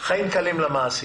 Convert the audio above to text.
חיים קלים למעסיק.